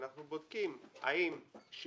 ואנחנו בודקים מה נמוך מבין השיעורים,